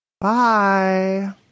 Bye